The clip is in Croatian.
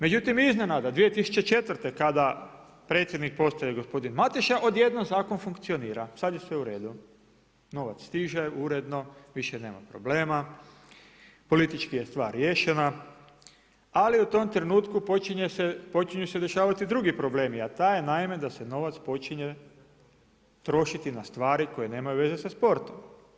Međutim iznenada 2004. kada predsjednik postaje gospodin Mateša odjednom zakon funkcionira, sada je sve uredu, novac stiže uredno više nema problema, politički je stvar riješena, ali u tom trenutku počinju se dešavati drugi problemi, a taj je naime da se novac počinje trošiti na stvari koje nemaju veze sa sportom.